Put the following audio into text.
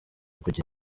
kugira